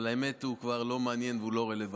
אבל האמת, הוא כבר לא מעניין והוא לא רלוונטי.